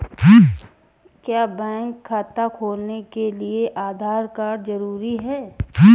क्या बैंक खाता खोलने के लिए आधार कार्ड जरूरी है?